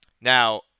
Now